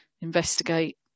investigate